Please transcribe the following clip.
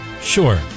Sure